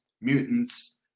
Mutants